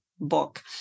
book